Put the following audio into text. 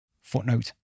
Footnote